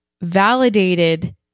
validated